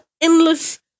endless